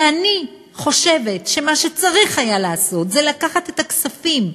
ואני חושבת שמה שצריך היה לעשות זה לקחת את הכספים,